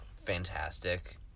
fantastic